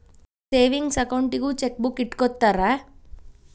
savings ಅಕೌಂಟಿಗೂ chequebook ಇಟ್ಟ್ಕೊತ್ತರ